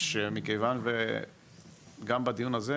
שמכיוון וגם בדיון הזה,